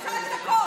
אפשר להגיד הכול,